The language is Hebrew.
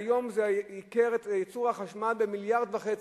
שהיום זה ייקר את ייצור החשמל ב-1.5 מיליארד,